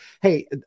Hey